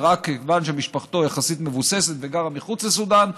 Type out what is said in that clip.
כיוון שמשפחתו יחסית מבוססת וגרה מחוץ לסודאן,